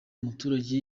umuturage